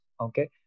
Okay